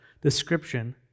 description